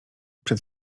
przed